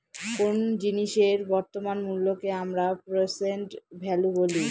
কোন জিনিসের বর্তমান মুল্যকে আমরা প্রেসেন্ট ভ্যালু বলি